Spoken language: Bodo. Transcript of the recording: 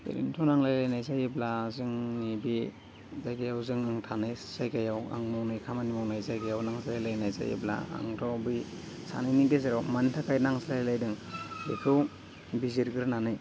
ओरैनोथ' नांलाय लायनाय जायोबा जोंनि बे जायगायाव जों थानाय जायगायाव आं मावनाय खामानि मावनाय जायगायाव नांज्लायलायनाय जायोब्ला आंथ' बै सानैनि गेजेराव मानि थाखाय नांज्लाय लायदों बेखौ बिजिरग्रोनानै